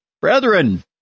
Brethren